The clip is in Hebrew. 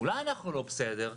אולי אנחנו לא בסדר?